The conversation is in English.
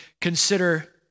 consider